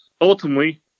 Ultimately